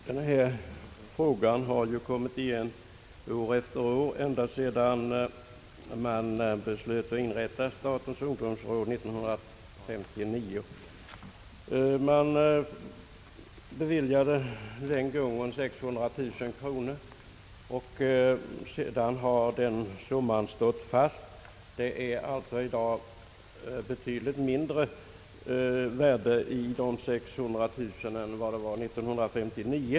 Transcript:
Herr talman! Denna fråga har kommit igen år efter år ända sedan man beslöt att inrätta statens ungdomsråd år 1959. Då beviljades 600 000 kronor i anslag, och den summan har stått fast. Dessa 600 000 kronor har alltså i dag betydligt mindre värde än år 1959.